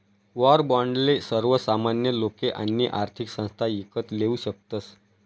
war बाॅन्डले सर्वसामान्य लोके आणि आर्थिक संस्था ईकत लेवू शकतस